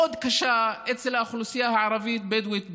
קשה אצל האוכלוסייה הערבית-בדואית בנגב?